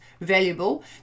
valuable